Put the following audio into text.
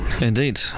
Indeed